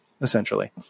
essentially